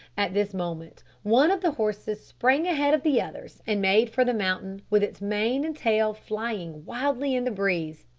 at this moment one of the horses sprang ahead of the others and made for the mountain, with its mane and tail flying wildly in the breeze.